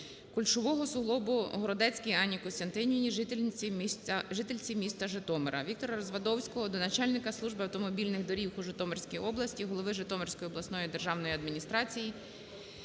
кульшового суглобу Городецькій Анні Костянтинівні, жительці міста Житомира. ВіктораРазвадовського до начальника Служби автомобільних доріг у Житомирській області, голови Житомирської обласної державної адміністрації